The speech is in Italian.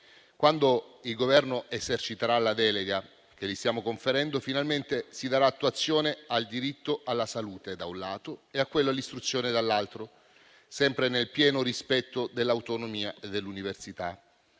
Quando il Governo eserciterà la delega che gli stiamo conferendo, finalmente si darà attuazione al diritto alla salute - da un lato - a quello all'istruzione - dall'altro lato - sempre nel pieno rispetto dell'autonomia dell'università.